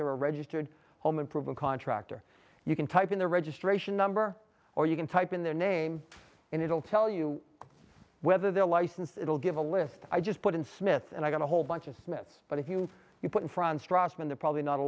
there are registered home improvement contractor you can type in the registration number or you can type in their name and it'll tell you whether they're licensed it'll give a list i just put in smiths and i got a whole bunch of smiths but if you put in front strassmann they're probably not a